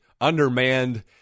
undermanned